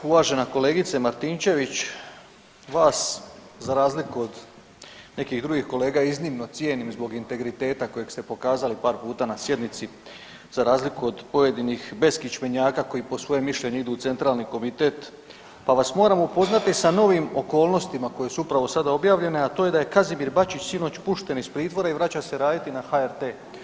Uvažena kolegice Martinčević, vas za razliku od nekih drugih kolega iznimno cijenim zbog integriteta kojeg ste pokazali par puta na sjednici za razliku od pojedinih beskičmenjaka koji po svoje mišljenje idu u centralni komitet, pa vas moram upoznati sa novim okolnostima koje su upravo sada objavljene, a to je da je Kazimir Bačić sinoć pušten iz pritvora i vraća se raditi na HRT.